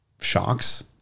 shocks